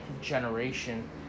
generation